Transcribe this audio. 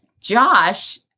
Josh